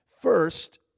First